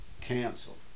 Cancel